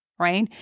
Right